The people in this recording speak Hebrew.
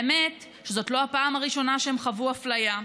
האמת שזאת לא הפעם הראשונה שהן חוו אפליה.